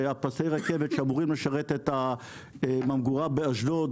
פסי הרכבת אמורים לשרת את הממגורה באשדוד